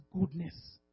goodness